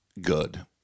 good